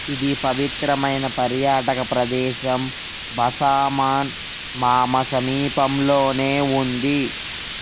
ఇది పవిత్రమైన పర్యాటక ప్రదేశం బసామన్ మామా సమీపంలోనే ఉంది